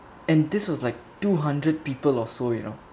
and this was like two hundred people of so you know